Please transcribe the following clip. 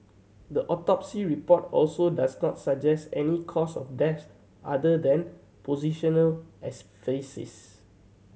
the autopsy report also does not suggest any cause of death other than positional asphyxia